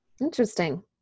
Interesting